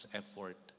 effort